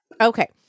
Okay